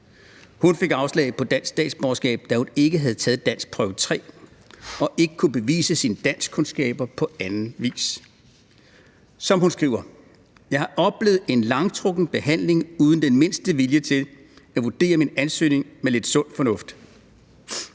Hun fik afslag på dansk statsborgerskab, da hun ikke havde taget danskprøve 3 og ikke kunne bevise sine danskkundskaber på anden vis. Hun skriver: »Jeg har oplevet en langtrukken behandling uden den mindste vilje til at vurdere min ansøgning med lidt sund fornuft.